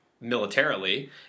militarily